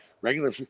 regular